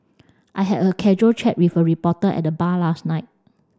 I had a casual chat with a reporter at the bar last night